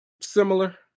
similar